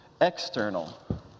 external